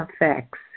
effects